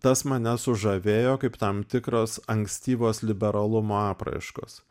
tas mane sužavėjo kaip tam tikros ankstyvos liberalumo apraiškos